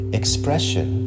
expression